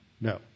No